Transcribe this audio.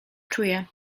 czuję